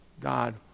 God